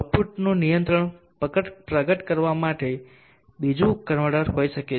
આઉટપુટનું નિયંત્રણ પ્રગટ કરવા માટે બીજું કન્વર્ટર હોઈ શકે છે